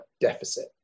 deficit